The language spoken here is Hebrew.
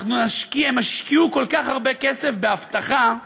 הם השקיעו כל כך הרבה כסף באבטחה,